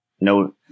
no